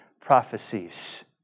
prophecies